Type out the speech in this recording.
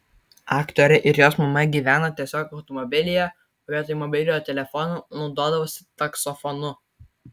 aktorė ir jos mama gyveno tiesiog automobilyje o vietoj mobiliojo telefono naudodavosi taksofonu